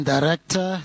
Director